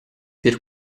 per